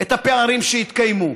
את הפערים שהתקיימו.